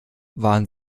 waren